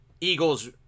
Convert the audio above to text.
Eagles